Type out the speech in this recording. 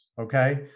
Okay